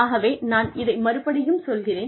ஆகவே நான் இதை மறுபடியும் சொல்கிறேன்